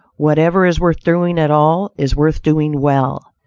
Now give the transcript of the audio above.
whatever is worth doing at all, is worth doing well.